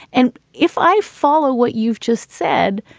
and if i follow what you've just said,